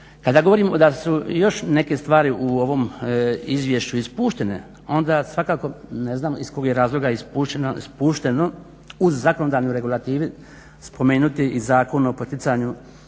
Kada govorimo da su još neke stvari u ovom izvješću ispuštene onda svakako ne znam iz kog je razloga ispušteno u zakonodavnoj regulativi spomenuti i Zakon o postupanju